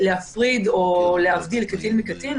להפריד קטין מקטין.